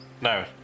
no